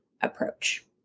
approach